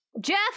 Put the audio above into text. Jeff